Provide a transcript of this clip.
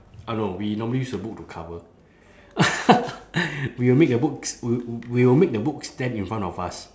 uh no we normally use a book to cover we will make the books w~ we will make the books stand in front of us